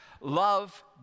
Love